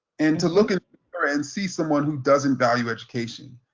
and to look at her and see someone who doesn't value education.